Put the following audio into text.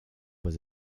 was